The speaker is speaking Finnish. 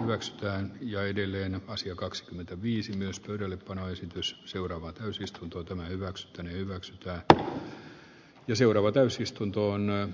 luonnostaan ja edelleen asia kakskymmentä viisi myös pöydällepanoesitys seuraava täysistunto tämä hyväks venyvät lähtö jo tämän vastaista on näin